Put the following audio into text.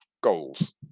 goals